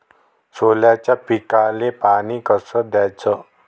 सोल्याच्या पिकाले पानी कस द्याचं?